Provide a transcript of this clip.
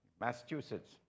Massachusetts